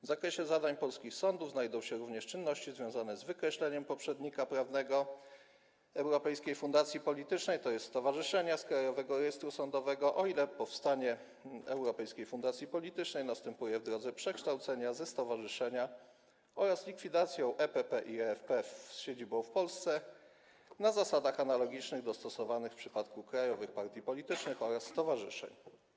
W zakresie zadań polskich sądów znajdą się również czynności związane z wykreśleniem poprzednika prawnego europejskiej fundacji politycznej, tj. stowarzyszenia, z Krajowego Rejestru Sądowego, o ile powstanie europejskiej fundacji politycznej następuje w drodze przekształcenia ze stowarzyszenia, oraz likwidacją EPP i EFP z siedzibą w Polsce na zasadach analogicznych do stosowanych w przypadku krajowych partii politycznych oraz stowarzyszeń.